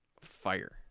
fire